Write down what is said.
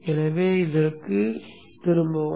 எனவே இதற்குத் திரும்பவும்